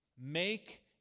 Make